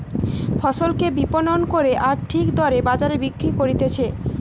ফসলকে বিপণন করে আর ঠিক দরে বাজারে বিক্রি করতিছে